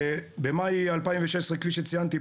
במאי 2016 כפי שציינתי,